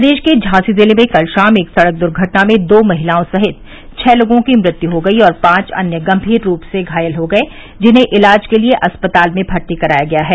प्रदेश के झांसी जिले में कल शाम एक सड़क दुर्घटना में दो महिलाओं सहित छः लोगों की मृत्यु हो गयी और पांच अन्य गम्भीर रूप से घायल हो गये जिन्हें इलाज के लिए अस्पताल में भर्ती कराया गया है